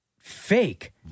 fake